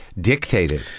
dictated